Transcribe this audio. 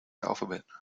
alphabet